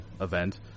event